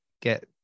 get